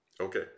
Okay